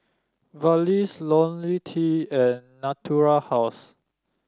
Vagisil LoniL T and Natura House